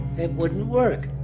it wouldn't work.